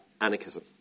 anarchism